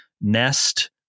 Nest